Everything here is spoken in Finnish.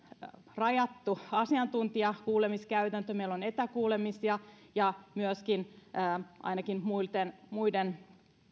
rajattu asiantuntijakuulemiskäytäntö meillä on etäkuulemisia ja ainakin muiden muiden